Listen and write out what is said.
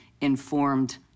informed